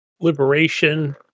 Liberation